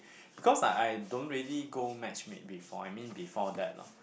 because I I don't really go match mate before I mean before that lah